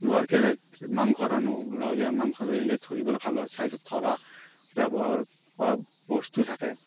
লোহাৰ কেৰাহিত মাংস ৰান্ধোঁ লোহাৰ কেৰাহিত মাংস ৰান্ধিলে ধৰিবলৈ ভাল হয় ছাইদত ধৰাত ব্যৱহাৰ কৰা বস্তু থাকে